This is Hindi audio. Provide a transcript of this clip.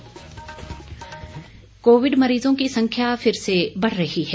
कोविड संदेश कोविड मरीजों की संख्या फिर से बढ़ रही है